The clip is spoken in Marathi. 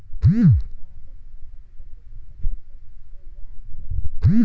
गव्हाच्या पिकासाठी कोणती सिंचन पद्धत योग्य ठरेल?